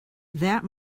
that